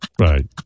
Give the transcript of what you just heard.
Right